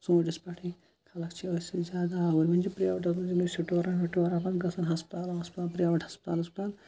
ژوٗںٛٹھِس پٮ۪ٹھٕے خلق چھِ أتھۍ سۭتۍ زیادٕ آوُرۍ وۄنۍ چھِ پرٛیویٹَس منٛز یِمَن سٹورَن وٕٹورَن منٛز گژھان ہسپتالَن وَسپتالَن پرٛیویٹ ہَسپتال وسپتال